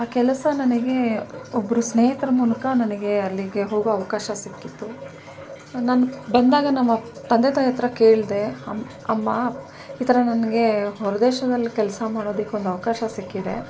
ಆ ಕೆಲಸ ನನಗೆ ಒಬ್ಬರು ಸ್ನೇಹಿತರ ಮೂಲಕ ನನಗೆ ಅಲ್ಲಿಗೆ ಹೋಗೋ ಅವಕಾಶ ಸಿಕ್ಕಿತ್ತು ನನ್ಗೆ ಬಂದಾಗ ನಮ್ಮ ಅಪ್ಪ ತಂದೆ ತಾಯ ಹತ್ರ ಕೇಳಿದೆ ಅಮ್ಮ ಅಮ್ಮ ಈ ಥರ ನನಗೆ ಹೊರದೇಶದಲ್ಲಿ ಕೆಲಸ ಮಾಡೋದಕ್ಕೆ ಒಂದು ಅವಕಾಶ ಸಿಕ್ಕಿದೆ